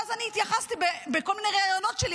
ואז אני התייחסתי בכל מיני ראיונות שלי,